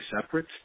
separate